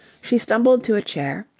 she stumbled to a chair,